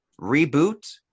reboot